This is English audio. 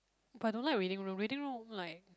but I don't like reading room reading room like